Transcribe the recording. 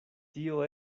tio